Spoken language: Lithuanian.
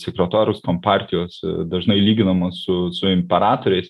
sekretorius kompartijos dažnai lyginamas su su imperatoriais